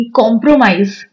compromise